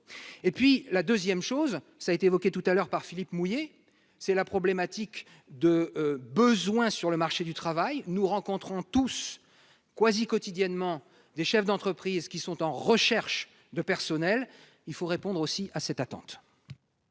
et puis la 2ème chose, ça a été évoqué tout à l'heure par Philippe mouiller c'est la problématique de besoin sur le marché du travail, nous rencontrons tous quasi quotidiennement des chefs d'entreprises qui sont en recherche de personnel, il faut répondre aussi à cette attente.